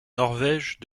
norvège